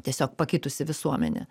tiesiog pakitusi visuomenė